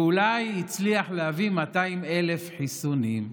ואולי הצליח להביא 200,000 חיסונים.